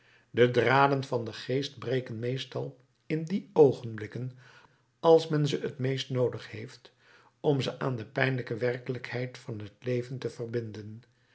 de draden van den geest breken meestal in die oogenblikken als men ze t meest noodig heeft om ze aan de pijnlijke werkelijkheid van het leven te verbinden